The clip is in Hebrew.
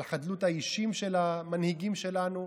על חדלות האישים של המנהיגים שלנו.